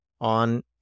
on